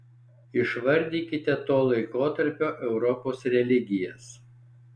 išvardykite to laikotarpio europos religijas